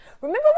Remember